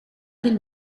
del